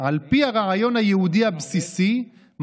על פי הרעיון היהודי הבסיסי,